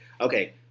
okay